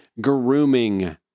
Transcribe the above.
grooming